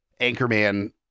anchorman